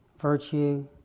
Virtue